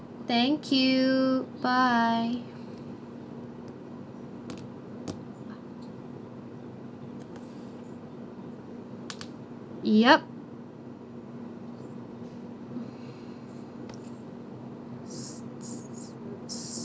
thank you bye yup